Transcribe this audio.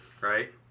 right